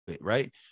right